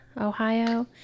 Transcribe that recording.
Ohio